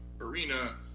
arena